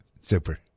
Super